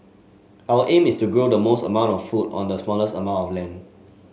our aims is to grow the most amount of food on the smallest amount of land